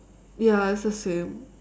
ya it's the same